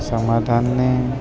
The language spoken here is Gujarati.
સમાધાનને